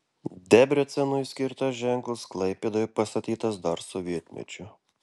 debrecenui skirtas ženklas klaipėdoje pastatytas dar sovietmečiu